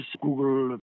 Google